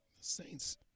Saints